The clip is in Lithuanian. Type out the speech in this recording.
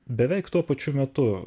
beveik tuo pačiu metu